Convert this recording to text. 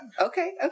Okay